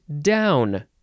down